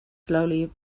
slowly